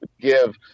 give